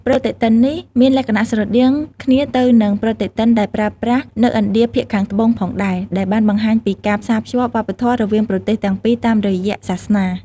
ប្រតិទិននេះមានលក្ខណៈស្រដៀងគ្នាទៅនឹងប្រតិទិនដែលប្រើប្រាស់នៅ ឥណ្ឌាភាគខាងត្បូង ផងដែរ ដែលបានបង្ហាញពីការផ្សារភ្ជាប់វប្បធម៌រវាងប្រទេសទាំងពីរតាមរយៈសាសនា។